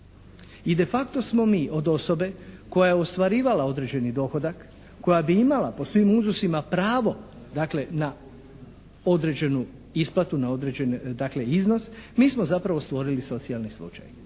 i de facto smo mi od osobe koja je ostvarivala određeni dohodak, kojima bi imala po svim unzusima pravo dakle na određenu isplatu, na određeni dakle iznos mi smo zapravo stvorili socijalni slučaj.